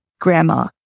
grandma